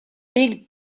big